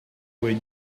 where